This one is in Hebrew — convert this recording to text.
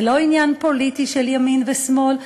זה לא עניין פוליטי של ימין ושמאל,